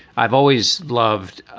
i've always loved